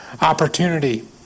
opportunity